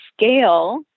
scale